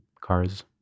car's